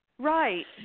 Right